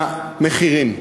למחירים,